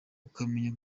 ukamenya